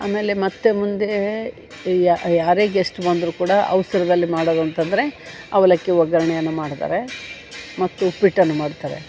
ಆಮೇಲೆ ಮತ್ತು ಮುಂದೆ ಯಾರೇ ಗೆಸ್ಟ್ ಬಂದ್ರೂ ಕೂಡ ಅವ್ಸ್ರದಲ್ಲಿ ಮಾಡೋದು ಅಂತಂದರೆ ಅವಲಕ್ಕಿ ಒಗ್ಗರಣೆಯನ್ನ ಮಾಡ್ತಾರೆ ಮತ್ತು ಉಪ್ಪಿಟ್ಟನ್ನು ಮಾಡ್ತಾರೆ